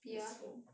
useful